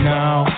Now